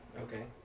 Okay